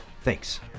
Thanks